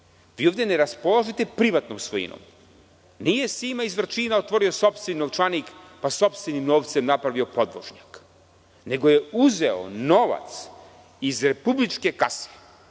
Vi ovde neraspolažete privatnom svojinom. Nije Sima iz Vrčina otvorio sopstveni novčanik, pa sopstvenim novcem napravio podvožnjak, nego je uzeo novac iz republičke kase,